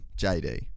JD